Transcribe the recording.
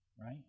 Right